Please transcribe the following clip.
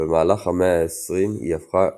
ובמהלך המאה ה-20 היא הפכה גלובלית,